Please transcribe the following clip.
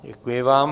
Děkuji vám.